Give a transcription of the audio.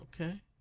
okay